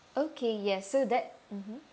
okay yes so that mmhmm